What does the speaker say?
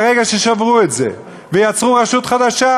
ברגע ששברו את זה ויצרו רשות חדשה,